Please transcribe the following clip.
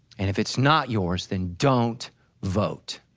and if it's not yours, then don't vote.